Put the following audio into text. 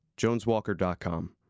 joneswalker.com